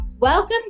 Welcome